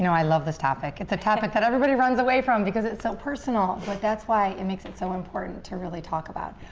i love this topic. it's a topic that everybody runs away from because it's so personal, but that's why it makes it so important to really talk about.